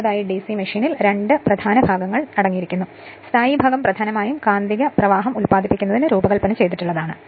അടുത്തതായി ഡിസി മെഷീനിൽ രണ്ട് പ്രധാന ഭാഗങ്ങൾ അടങ്ങിയിരിക്കുന്നു സ്ഥായി ഭാഗം പ്രധാനമായും കാന്തിക പ്രവാഹം ഉൽപ്പാദിപ്പിക്കുന്നതിന് രൂപകൽപ്പന ചെയ്തിട്ടുള്ളതാണ്